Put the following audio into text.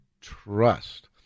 trust